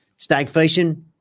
Stagflation